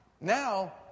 now